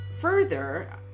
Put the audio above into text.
further